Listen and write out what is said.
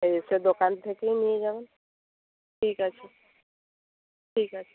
এসে দোকান থেকেই নিয়ে যাবেন ঠিক আছে ঠিক আছে